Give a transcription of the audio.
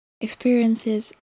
experiences